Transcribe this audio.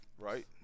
Right